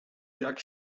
jak